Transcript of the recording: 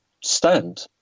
stand